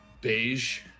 beige